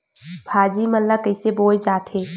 भाजी मन ला कइसे बोए जाथे?